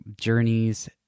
journeys